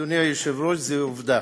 אדוני היושב-ראש, זו עובדה.